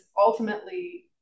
ultimately